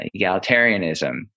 egalitarianism